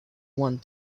one